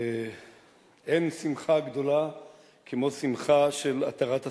אין שמחה גדולה כמו שמחה של התרת הספקות.